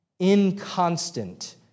inconstant